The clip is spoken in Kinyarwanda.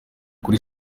kuri